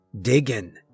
Digging